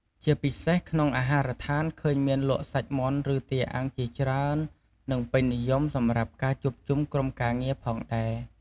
ជាពិសេស ក្នុងអាហារដ្ឋានឃើញមានលក់មាន់ឬទាអាំងជាច្រើននិងពេញនិយមសម្រាប់ការជួបជុំក្រុមការងារផងដែរ។